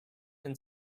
and